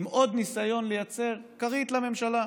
עם עוד ניסיון לייצר כרית לממשלה.